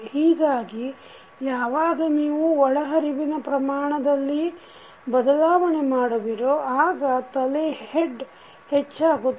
ಹೀಗಾಗಿ ಯಾವಾಗ ನೀವು ಒಳಹರಿವಿನ ಪ್ರಮಾಣದಲ್ಲಿ ಬದಲಾವಣೆ ಮಾಡುವಿರೋ ಆಗ ತಲೆ ಹೆಚ್ಚಾಗುತ್ತದೆ